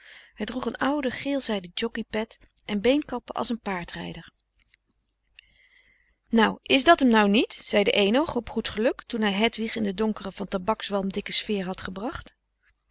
hij droeg een oude geelzijden jockey pet en beenkappen als een paardrijder nou is dat m nou niet zei de éénoog op goed geluk toen hij hedwig in de donkere van tabakswalm dikke sfeer had gebracht